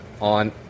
on